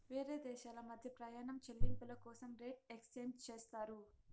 వేరే దేశాల మధ్య ప్రయాణం చెల్లింపుల కోసం రేట్ ఎక్స్చేంజ్ చేస్తారు